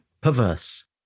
perverse